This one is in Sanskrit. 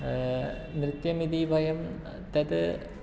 नृत्यमिति वयं तत्